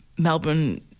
Melbourne